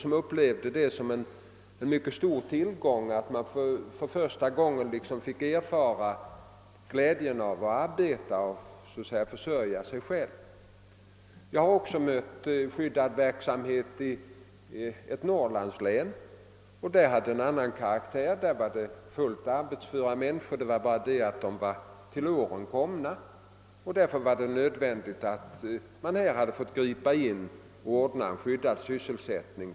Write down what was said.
De upplevde det som en mycket stor tillgång att nu för första gången få erfara glädjen av att arbeta och söka försörja sig själva. Jag har också i ett norrlandslän mött skyddad verksamhet av en annan karaktär. Den avsåg fullt arbetsföra människor, men något till åren komna, varför det hade varit nödvändigt att gripa in och bereda dem sysselsättning.